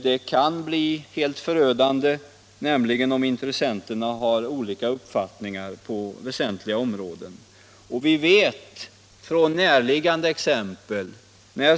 Det kan bli helt förödande, nämligen om intressenterna har olika upp fattningar på väsentliga områden — det vet vi från liknande exempel.